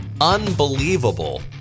Unbelievable